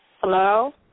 hello